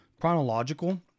chronological